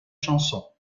chansons